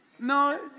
No